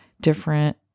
different